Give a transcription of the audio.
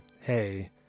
hey